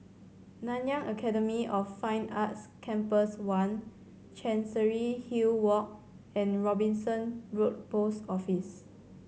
Nanyang Academy of Fine Arts Campus One Chancery Hill Walk and Robinson Road Post Office